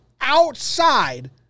outside